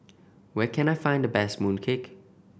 where can I find the best mooncake